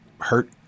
hurt